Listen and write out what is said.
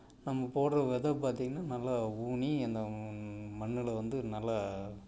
நம்ம போடுற விதை பார்த்தீங்கன்னா நல்லா ஊணி அந்த மண்ணில் வந்து நல்லா